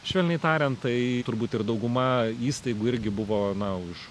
švelniai tariant tai turbūt ir dauguma įstaigų irgi buvo na už